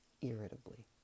irritably